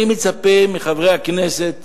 אני מצפה מחברי הכנסת